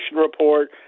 report